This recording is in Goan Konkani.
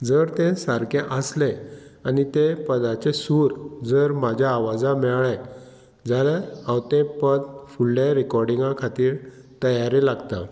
जर ते सारकें आसलें आनी तें पदाचें सूर जर म्हाज्या आवाजा मेळ्ळें जाल्यार हांव तें पद फुडले रिकोर्डिंगा खातीर तयारे लागता